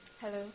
Hello